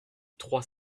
trois